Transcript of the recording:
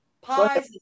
pies